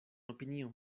opinion